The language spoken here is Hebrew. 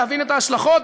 להבין את ההשלכות,